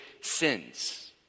sins